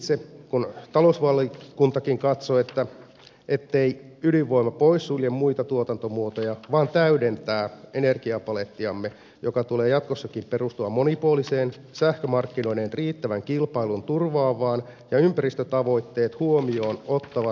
niin itse kuin talousvaliokuntakin katsomme ettei ydinvoima poissulje muita tuotantomuotoja vaan täydentää energiapalettiamme jonka tulee jatkossakin perustua monipuoliseen sähkömarkkinoiden riittävän kilpailun turvaavaan ja ympäristötavoitteet huomioon ottavaan energiatuotantoon